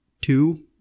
Two